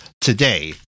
today